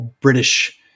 British